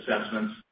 assessments